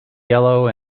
yellow